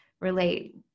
relate